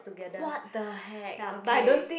what the heck okay